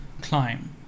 climb